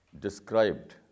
described